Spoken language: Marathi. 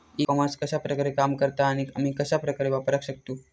ई कॉमर्स कश्या प्रकारे काम करता आणि आमी कश्या प्रकारे वापराक शकतू?